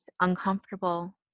uncomfortable